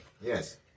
Yes